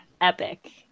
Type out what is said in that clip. epic